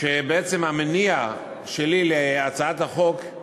שבעצם המניע שלי להצעת החוק הוא